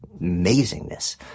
amazingness